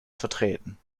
vertreten